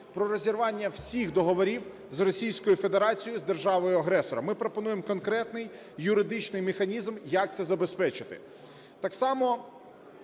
про розірвання всіх договорів з Російською Федерацією – з державою-агресором. Ми пропонуємо конкретний юридичний механізм, як це забезпечити.